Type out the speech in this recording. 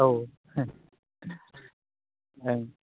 औ हो ओं